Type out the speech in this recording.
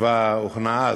התשובה הוכנה אז,